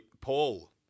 Paul